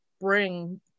bring